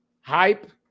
Hype